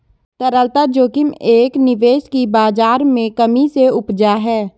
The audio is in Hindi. तरलता जोखिम एक निवेश की बाज़ार में कमी से उपजा है